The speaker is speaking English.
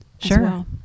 sure